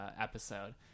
episode